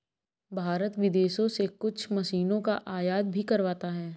भारत विदेशों से कुछ मशीनों का आयात भी करवाता हैं